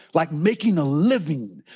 like making a living,